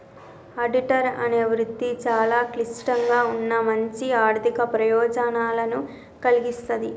auditor అనే వృత్తి చాలా క్లిష్టంగా ఉన్నా మంచి ఆర్ధిక ప్రయోజనాలను కల్గిస్తాది